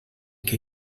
que